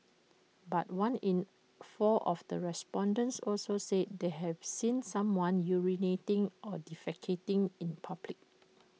but one in four of the respondents also said they have seen someone urinating or defecating in public